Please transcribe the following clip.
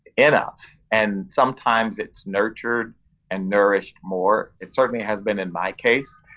in us, and sometimes it's nurtured and nourished more. it certainly has been in my case,